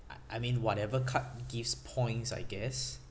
I I mean whatever card gives points I guess